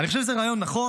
אני חושב שזה רעיון נכון.